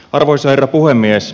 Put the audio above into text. arvoisa herra puhemies